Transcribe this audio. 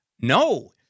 No